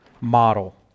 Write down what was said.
model